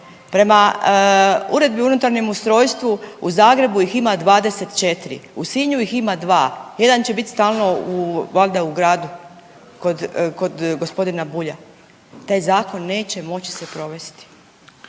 Prema uredbi o unutarnjem ustrojstvu u Zagrebu ih ima 24, u Sinju ih ima 2 jedan će biti stalno valjda u gradu kod, kod gospodina Bulja. Taj zakon neće moći se provesti